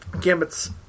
Gambit's